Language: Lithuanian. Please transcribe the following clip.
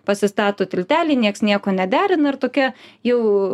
pasistato tiltelį nieks nieko nederina ir tokia jau